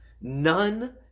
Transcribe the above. None